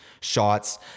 shots